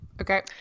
Okay